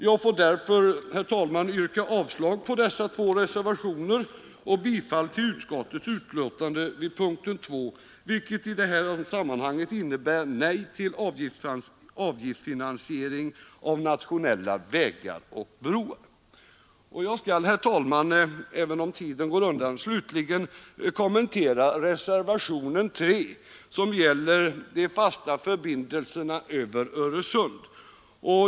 Jag vill därför, herr talman, yrka avslag på dessa två reservationer och bifall till utskottets hemställan vid punkten 2, vilket i detta sammanhang innebär nej till avgiftsfinansiering av nationella vägar och broar. Herr talman! Jag skall, även om tiden går undan, slutligen kommentera reservationen 3, som gäller de fasta förbindelserna över Öresund.